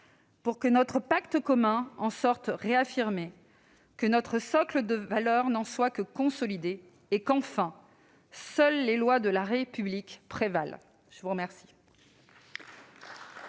pour que notre pacte commun en sorte réaffirmé, que notre socle de valeurs s'en trouve consolidé et qu'enfin seules les lois de la République prévalent ! La parole